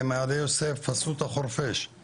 במעלה יוסף עשו את החורפיש,